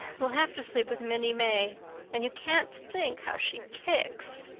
we'll have to sleep with minnie may and you can't think how she kicks.